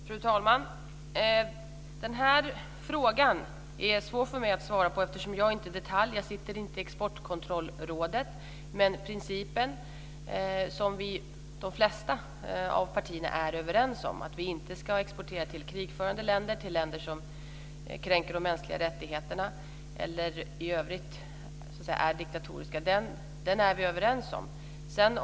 Fru talman! Den här frågan är svår för mig att svara på i detalj, eftersom jag inte sitter i Exportkontrollrådet. Men principen som de flesta partierna är överens om är att vi inte ska exportera till krigförande länder, till länder som kränker de mänskliga rättigheterna eller till länder som i övrigt är diktatoriska.